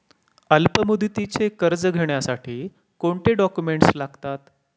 अल्पमुदतीचे कर्ज घेण्यासाठी कोणते डॉक्युमेंट्स लागतात?